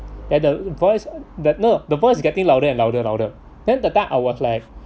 then the boys that no the boys getting louder and louder louder then that time I was like